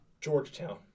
Georgetown